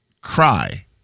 cry